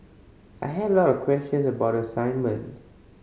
I had a lot of questions about the assignment